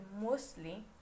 mostly